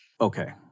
Okay